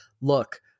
look